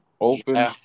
Open